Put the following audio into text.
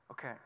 Okay